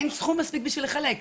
אין סכום מספיק בשביל לחלק.